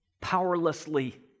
powerlessly